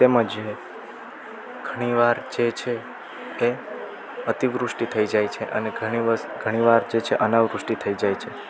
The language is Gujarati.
તેમજ ઘણી વાર જે છે એ અતિવૃષ્ટિ થઈ જાય છે અને ઘણી વાર જે છે અનાવૃષ્ટિ થઈ જાય છે